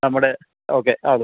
നമ്മുടെ ഓക്കെ അത്